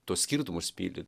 tuos skirtumus myli